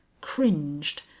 cringed